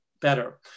better